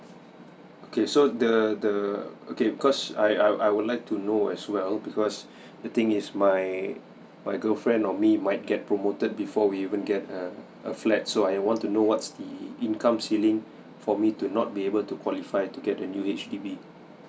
okay so the the okay because I I I would like to know as well because the thing is my my girlfriend or me might get promoted before we even get err a flat so I want to know what's the income ceiling for me to not be able to qualify to get a new H_D_B